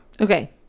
okay